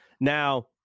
Now